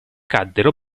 caddero